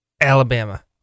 Alabama